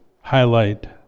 highlight